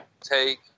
take